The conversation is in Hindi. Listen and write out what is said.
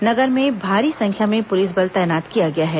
नगर में भारी संख्या में पुलिस बल तैनात किया गया है